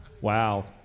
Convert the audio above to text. Wow